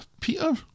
Peter